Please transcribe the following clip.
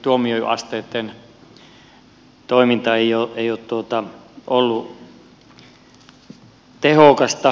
eri tuomioasteitten toiminta ei ole ollut tehokasta